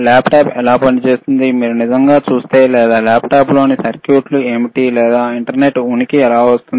laptop ఎలా పనిచేస్తుంది మీరు నిజంగా చూస్తే లేదా ల్యాప్టాప్లోని సర్క్యూట్లు ఏమిటి లేదా ఇంటర్నెట్ ఉనికి ఎలా వస్తుంది